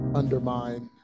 undermine